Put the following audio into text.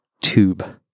tube